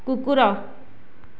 କୁକୁର